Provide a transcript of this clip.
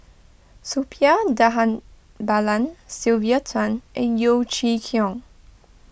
Suppiah Dhanabalan Sylvia Tan and Yeo Chee Kiong